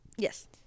yes